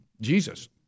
Jesus